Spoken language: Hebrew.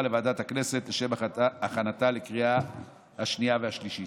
לוועדת הכנסת לשם הכנתה לקריאה השנייה והשלישית.